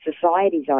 society's